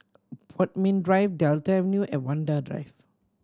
Bodmin Drive Delta Avenue and Vanda Drive